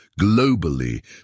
Globally